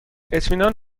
اطمینان